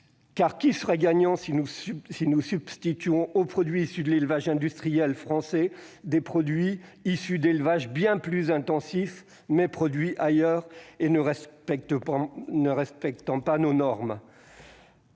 qui serait gagnant si nous substituions aux produits issus d'élevages industriels français des produits issus d'élevages bien plus intensifs, mais situés ailleurs et ne respectant pas nos normes ?